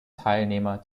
teilnehmer